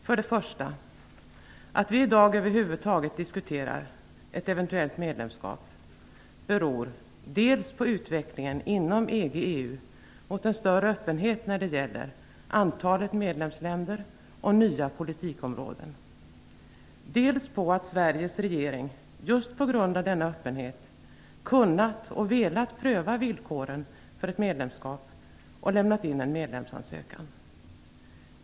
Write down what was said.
För det första: Att vi i dag över huvud taget diskuterar ett eventuellt medlemskap beror dels på utvecklingen inom EG/EU mot en större öppenhet när det gäller antalet medlemsländer och nya politikområden, dels på att Sveriges regering, just på grund av denna öppenhet, kunnat och velat pröva villkoren för ett medlemskap och lämnat in en medlemsansökan.